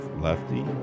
Lefty